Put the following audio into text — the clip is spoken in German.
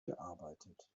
gearbeitet